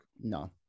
No